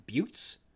buttes